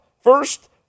first